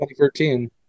2013